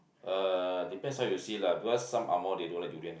ah depends how you see lah because some Angmoh they don't like durian lah